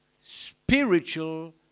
Spiritual